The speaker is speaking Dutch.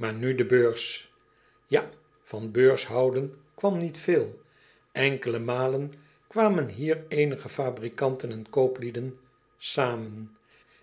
aar nu de beurs a van beurshouden kwam niet veel nkele malen kwamen hier eenige fabrikanten en kooplieden zamen